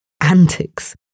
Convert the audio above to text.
antics